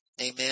Amen